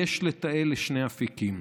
יש לתעל לשני אפיקים: